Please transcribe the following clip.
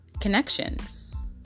Connections